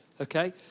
Okay